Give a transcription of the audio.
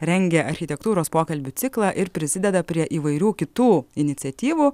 rengia architektūros pokalbių ciklą ir prisideda prie įvairių kitų iniciatyvų